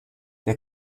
der